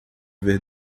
ver